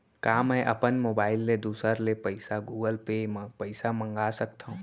का मैं अपन मोबाइल ले दूसर ले पइसा गूगल पे म पइसा मंगा सकथव?